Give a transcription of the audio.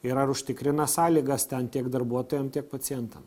ir ar užtikrina sąlygas ten tiek darbuotojam tiek pacientam